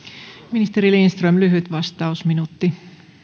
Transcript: ministeri lindström lyhyt vastaus minuutti